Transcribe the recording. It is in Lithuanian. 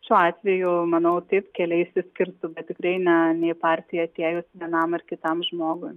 šiuo atveju manau taip keliai išsiskirtų bet tikrai ne ne į partiją atėjus vienam ar kitam žmogui